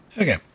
Okay